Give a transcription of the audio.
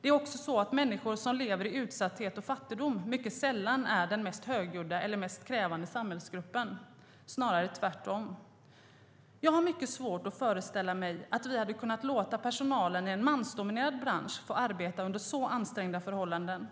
Det är också så att människor som lever i utsatthet och fattigdom mycket sällan är den mest högljudda eller krävande samhällsgruppen - snarare tvärtom. Jag har mycket svårt att föreställa mig att vi hade kunnat låta personalen i en mansdominerad bransch arbeta under så ansträngda förhållanden.